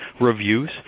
reviews